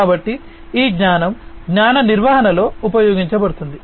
కాబట్టి ఈ జ్ఞానం జ్ఞాన నిర్వహణలో ఉపయోగించబడుతుంది